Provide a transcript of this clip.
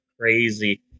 crazy